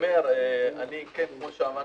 כפי שאמרתי,